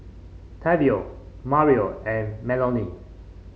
Tavion Mario and Melony